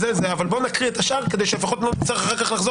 בואו נקריא את השאר כדי שלפחות לא נצטרך אחר כך לחזור